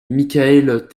michaël